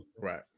Right